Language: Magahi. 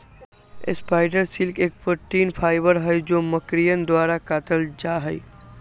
स्पाइडर सिल्क एक प्रोटीन फाइबर हई जो मकड़ियन द्वारा कातल जाहई